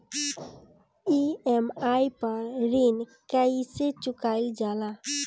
EMI पर ऋण कईसे चुकाईल जाला?